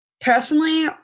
Personally